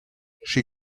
she